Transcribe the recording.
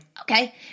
okay